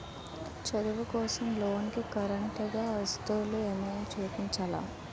చదువు కోసం లోన్ కి గారంటే గా ఆస్తులు ఏమైనా చూపించాలా?